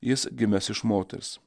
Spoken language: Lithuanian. jis gimęs iš moters